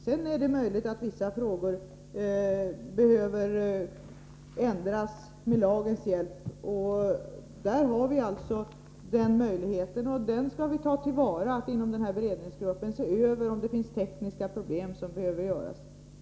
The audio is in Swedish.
Sedan är det möjligt att vissa frågor behöver lösas med lagens hjälp. Vi har då möjligheten — och den skall vi ta till vara — att inom denna beredningsgrupp se över om det finns tekniska problem som behöver lösas.